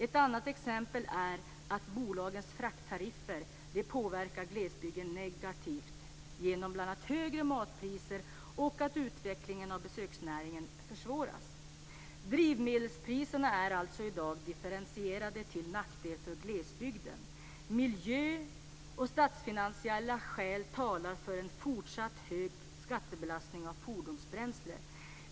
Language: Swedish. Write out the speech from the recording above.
Ett annat exempel är att bolagens frakttariffer negativt påverkar glesbygden bl.a. genom att höja matpriserna och att försvåra besöksnäringens utveckling. Drivmedelspriserna är alltså i dag differentierade till nackdel för glesbygden. Miljöskäl och statsfinansiella skäl talar för en fortsatt hög skattebelastning av fordonsbränsle.